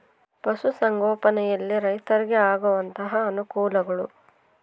ಪಶುಸಂಗೋಪನೆಯಲ್ಲಿ ರೈತರಿಗೆ ಆಗುವಂತಹ ಅನುಕೂಲಗಳು?